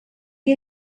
que